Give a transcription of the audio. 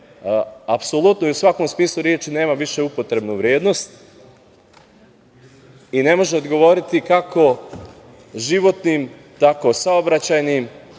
apsolutno i u svakom smislu reči nema više upotrebnu vrednost i ne može odgovoriti kako životnim, tako saobraćajnim,